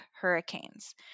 hurricanes